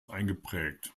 eingeprägt